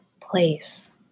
place